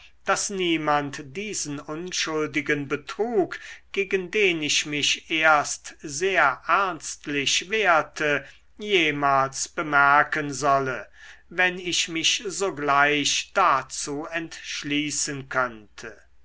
daß niemand diesen unschuldigen betrug gegen den ich mich erst sehr ernstlich wehrte jemals bemerken solle wenn ich mich sogleich dazu entschließen könnte